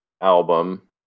album